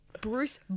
Bruce